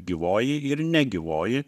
gyvoji ir negyvoji